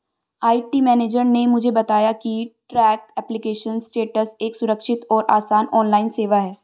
IT manager ने मुझे बताया की ट्रैक एप्लीकेशन स्टेटस एक सुरक्षित और आसान ऑनलाइन सेवा है